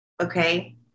Okay